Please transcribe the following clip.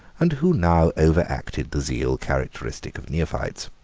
and who now over acted the zeal characteristic of neophytes.